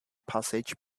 passage